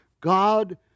God